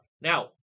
Now